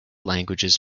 languages